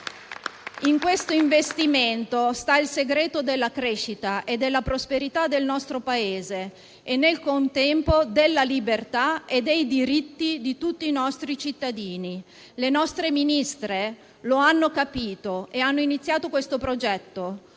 In questo investimento sta il segreto della crescita e della prosperità del nostro Paese e, nel contempo, della libertà e dei diritti di tutti i nostri cittadini. I nostri Ministri lo hanno capito e hanno iniziato questo progetto: